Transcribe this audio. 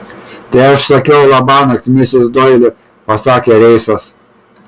tai aš sakiau labanakt misis doili pasakė reisas